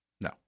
no